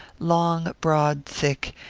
long, broad, thick,